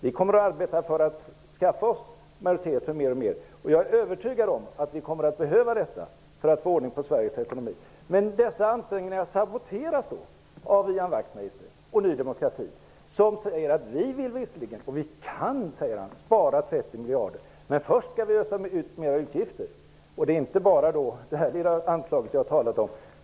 Vi kommer att arbeta för att skaffa oss majoritet för att göra fler besparingar. Jag är övertygad om att vi kommer att behöva detta för att få ordning på Dessa ansträngningar saboteras av Ian Wachtmeister och Ny demokrati. Wachtmeister säger att partiet kan spara 30 miljarder, men att man först vill ösa ut mer utgifter. Det gäller inte bara det lilla anslag vi har talat om.